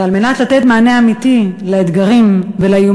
ועל מנת לתת מענה אמיתי לאתגרים ולאיומים,